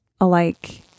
alike